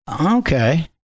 okay